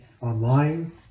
online